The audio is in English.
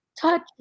touch